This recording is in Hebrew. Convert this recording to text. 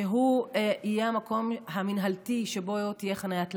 שיהיה המקום המינהלתי שבו תהיה חניית לילה.